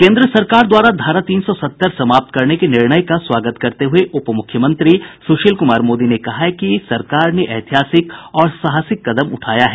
केन्द्र सरकार द्वारा धारा तीन सौ सत्तर समाप्त करने के निर्णय का स्वागत करते हुए उपमुख्यमंत्री सुशील कुमार मोदी ने कहा है कि सरकार ने ऐतिहासिक और साहसिक कदम उठाया है